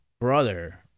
brother